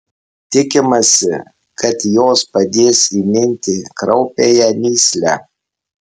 tikimasi kad jos padės įminti kraupiąją mįslę